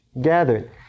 gathered